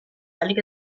ahalik